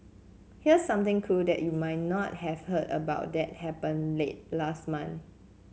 here's something cool that you might not have heard about that happened late last month